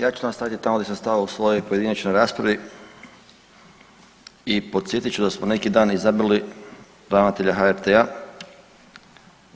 Evo ja ću nastaviti tamo gdje sam stao u svojoj pojedinačnoj raspravi i podsjetit ću da smo neki dan izabrali ravnatelja HRT-a.